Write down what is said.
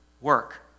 work